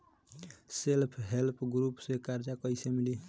Self help group से कर्जा कईसे मिली?